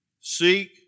Seek